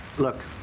look,